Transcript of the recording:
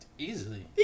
Easily